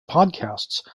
podcasts